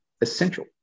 essential